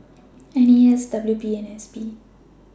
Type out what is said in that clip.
N A S W P and S P